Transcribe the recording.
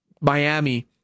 Miami